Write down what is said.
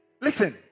Listen